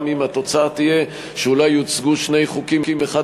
גם אם התוצאה תהיה שאולי יוצגו שני חוקים האחד